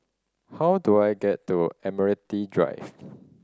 how do I get to Admiralty Drive